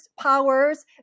powers